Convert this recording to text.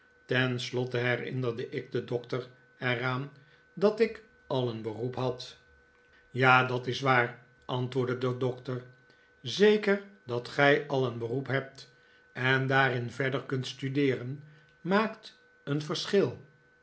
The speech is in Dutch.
slotte herinnerde ik den doctor er aan dat ik al een beroep had ja dat is waar antwoordde de doctor zeker dat gij al een beroep hebt en daarin verder kunt studeeren maakt een verschil